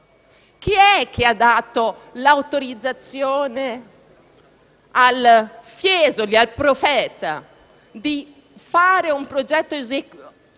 Chi ha dato l'autorizzazione al Fiesoli, al «profeta», di fare un progetto